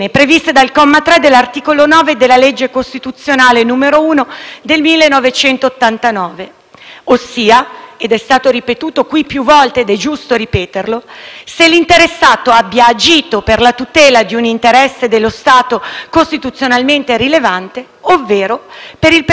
ossia - è stato ripetuto più volte ed è giusto ripeterlo - se l'interessato «abbia agito per la tutela di un interesse dello Stato costituzionalmente rilevante ovvero per il perseguimento di un preminente interesse pubblico nell'esercizio della funzione di Governo».